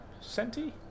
Senti